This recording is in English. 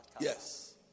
Yes